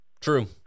True